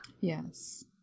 Yes